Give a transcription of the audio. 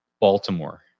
Baltimore